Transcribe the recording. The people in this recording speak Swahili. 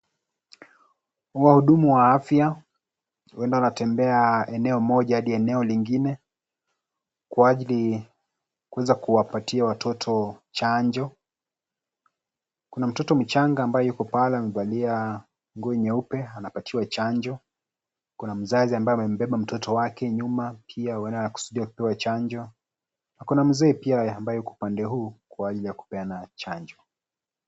Wahudumu wa afya huenda watembea eneo moja hadi eneo lingine, kwa ajili ya kuweza kuwapatia watoto chanjo . Kuna mtoto mchanga ambaye yuko pale amevalia nguo nyeupe anapatiwa chanjo. Kuna mzazi ambaye amembeba mtoto wake nyuma pia huenda anakusudia kupewa chanjo. Na kuna mzee pia ambaye yuko pande huu kwa ajili ya kupeana chanjo.